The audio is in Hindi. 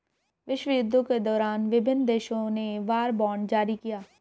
विश्वयुद्धों के दौरान विभिन्न देशों ने वॉर बॉन्ड जारी किया